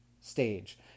stage